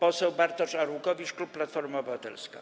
Poseł Bartosz Arłukowicz, klub Platforma Obywatelska.